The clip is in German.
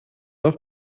auch